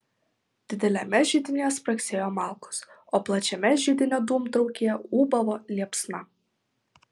dideliame židinyje spragsėjo malkos o plačiame židinio dūmtraukyje ūbavo liepsna